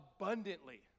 abundantly